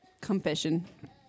confession